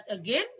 again